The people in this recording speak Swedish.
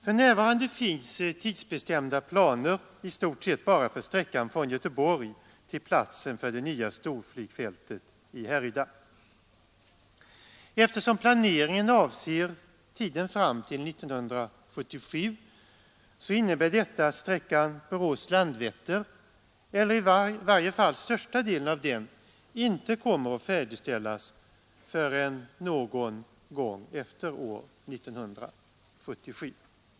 För närvarande finns tidsbestämda planer i stort sett bara för sträckan från Göteborg till platsen för det nya storflygfältet i Härryda. Eftersom denna planering avser tiden fram till 1977 innebär det, att största delen av sträckan Borås—Landvetter inte kommer att färdigställas förrän någon gång efter år 1977.